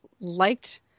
liked